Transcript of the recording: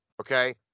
Okay